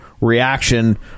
reaction